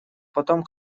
потом